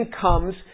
comes